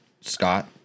Scott